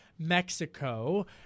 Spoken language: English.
Mexico